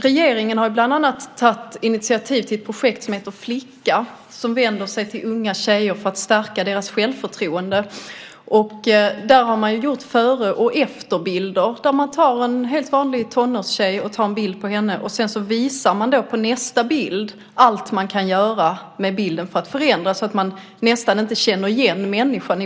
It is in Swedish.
Regeringen har bland annat tagit initiativ till projektet Flicka, som vänder sig till unga tjejer för att stärka deras självförtroende. Man har där gjort före-och-efter-bilder genom att man tagit en bild på en helt vanlig tonårstjej och sedan på nästa bild visat allt som kan göras med bilden genom att förändra den så att man i vissa fall nästan inte känner igen människan.